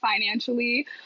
financially